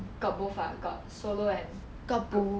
got both ah got solo and group